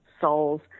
souls